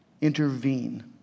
intervene